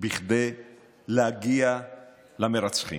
כדי להגיע למרצחים.